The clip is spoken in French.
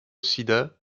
sida